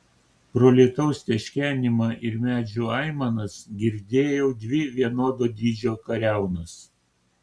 pro lietaus teškenimą ir medžių aimanas girdėjau dvi vienodo dydžio kariaunas